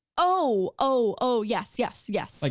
oh, oh, yes, yes, yes. like